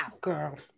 girl